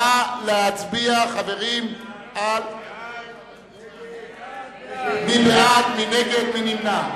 נא להצביע, מי בעד, מי נגד, מי נמנע.